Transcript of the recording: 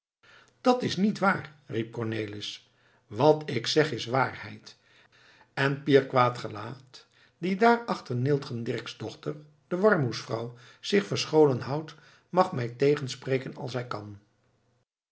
dat is niet waar riep cornelis wat ik zeg is waarheid en pier quaet gelaet die daar achter neeltgen dirksdochter de warmoesvrouw zich verscholen houdt mag mij tegenspreken als hij kan